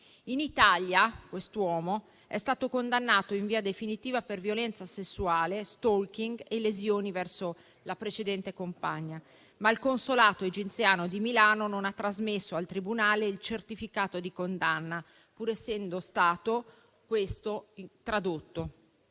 in Italia, l'uomo è stato condannato in via definitiva per violenza sessuale, stalking e lesioni verso la precedente compagna, ma il consolato egiziano di Milano non ha trasmesso al tribunale il certificato di condanna, pur essendo stato questo tradotto;